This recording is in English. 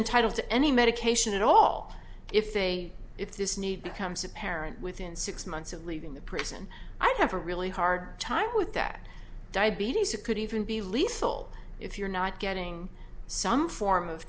entitled to any medication at all if they if this need becomes apparent within six months of leaving the prison i have a really hard time with that diabetes it could even be lethal if you're not getting some form of